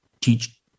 teach